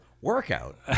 workout